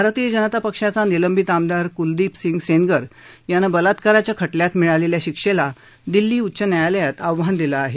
भारतीय जनता पक्षाचा निलंबित आमदार कुलदीप सिंग सेनगर यानं बलात्काराच्या खटल्यात मिळालेल्या शिक्षेला दिल्ली उच्च न्यायालयात आव्हान दिलं आहे